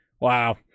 Wow